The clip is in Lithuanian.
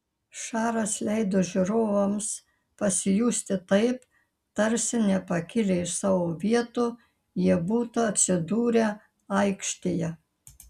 šaras leido žiūrovams pasijusti taip tarsi nepakilę iš savo vietų jie būtų atsidūrę aikštėje